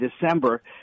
December